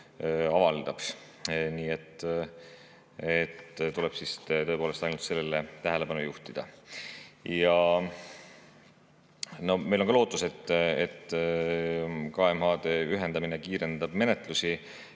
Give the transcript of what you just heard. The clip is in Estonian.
avaldaks. Nii et tuleb tõepoolest ainult sellele tähelepanu juhtida. Meil on lootus, et KMH‑de ühendamine kiirendab menetlusi.